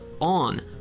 on